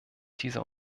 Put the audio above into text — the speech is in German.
dieser